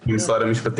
טל אמרה את